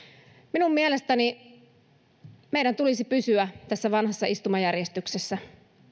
minun mielestäni meidän tulisi pysyä tässä vanhassa istumajärjestyksessä